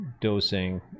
dosing